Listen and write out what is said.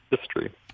history